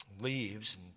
leaves